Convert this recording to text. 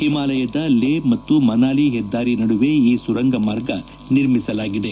ಹಿಮಾಲಯದ ಲೇ ಮತ್ತು ಮನಾಲಿ ಹೆದ್ದಾರಿ ನಡುವೆ ಈ ಸುರಂಗ ಮಾರ್ಗ ನಿರ್ಮಿಸಲಾಗಿದೆ